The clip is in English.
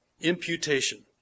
Imputation